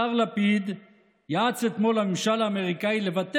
השר לפיד ייעץ אתמול לממשל האמריקאי לוותר